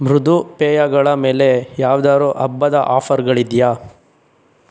ಮೃದು ಪೇಯಗಳ ಮೇಲೆ ಯಾವ್ದಾದ್ರು ಹಬ್ಬದ ಆಫರ್ಗಳಿದೆಯಾ